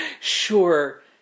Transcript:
Sure